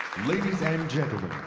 ladies and gentlemen,